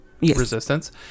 resistance